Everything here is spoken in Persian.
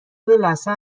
لثه